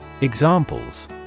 Examples